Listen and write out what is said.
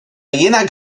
jinak